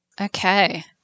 Okay